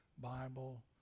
Bible